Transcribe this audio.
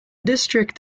district